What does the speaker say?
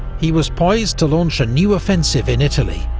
he was poised to launch a new offensive in italy,